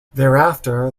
thereafter